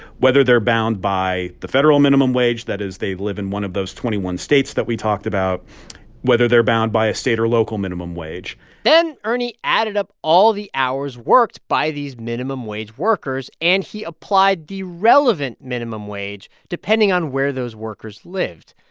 whether they're bound by the federal minimum wage that is they live in one of those twenty one states that we talked about whether they're bound by a state or local minimum wage then ernie added up all the hours worked by these minimum wage workers. and he applied the relevant minimum wage depending on where those workers lived.